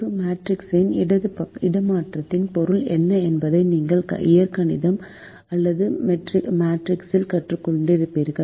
ஒரு மேட்ரிக்ஸின் இடமாற்றத்தின் பொருள் என்ன என்பதை நீங்கள் இயற்கணிதம் அல்லது மெட்ரிக்ஸில் கற்றுக்கொண்டிருப்பீர்கள்